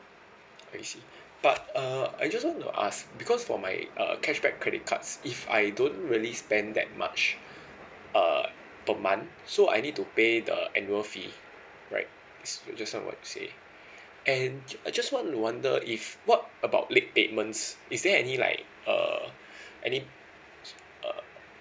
I see but uh I just want to ask because for my err cashback credit cards if I don't really spend that much uh per month so I need to pay the annual fee right as per just now what you say and I just wanna wonder if what about late payments is there any like err any uh